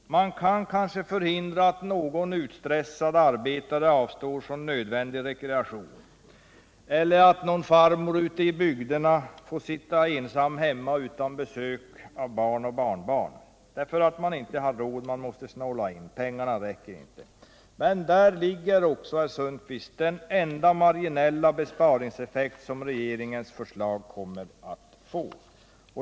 Man kan kanske medverka till att någon utstressad arbetare avstår från nödvändig rekreation eller att någon farmor ute i bygden får sitta ensam hemma utan att få besök av barn och barnbarn på grund av att de inte har råd att komma och hälsa på utan måste snåla och pengarna inte räcker till detta. Men där ligger också, herr Sundkvist, den enda marginella besparingseffekt som regeringens förslag kommer att få.